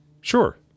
Sure